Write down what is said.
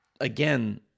again